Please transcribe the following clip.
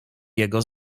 jego